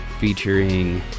featuring